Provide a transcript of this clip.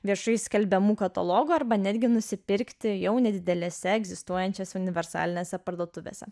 viešai skelbiamų katalogų arba netgi nusipirkti jau nedidelėse egzistuojančias universalinėse parduotuvėse